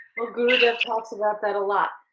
well garuda talks about that a lot,